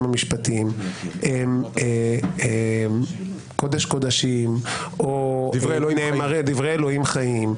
המשפטיים הם קודש קודשים או דברי אלוהים חיים,